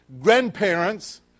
grandparents